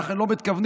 ואנחנו לא מתכוונים,